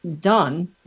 done